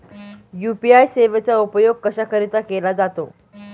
UPI सेवेचा उपयोग कशाकरीता केला जातो?